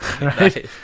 right